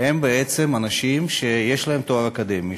הם אנשים שיש להם תואר אקדמי,